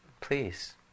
Please